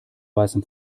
weißem